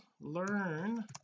learn